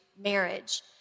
marriage